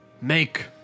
Make